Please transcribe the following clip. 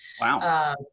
Wow